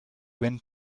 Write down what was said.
went